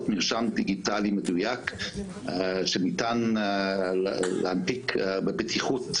מרשם דיגיטלי מדויק שניתן להנפיק בבטיחות הנכונה.